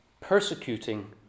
persecuting